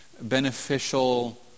beneficial